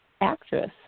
actress